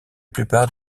plupart